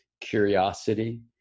curiosity